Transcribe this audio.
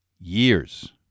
years